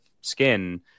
skin